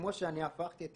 שכמו שאני הפכתי את